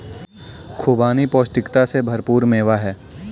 खुबानी पौष्टिकता से भरपूर मेवा है